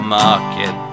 market